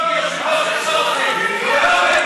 מה זה קשור לחרדי עכשיו?